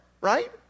right